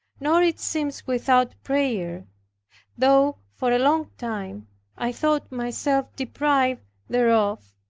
nor it seems without prayer though for a long time i thought myself deprived thereof,